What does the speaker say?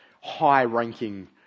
high-ranking